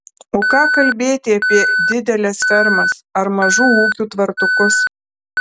o ką kalbėti apie dideles fermas ar mažų ūkių tvartukus